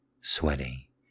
sweaty